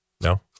No